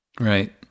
right